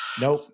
Nope